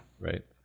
Right